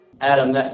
Adam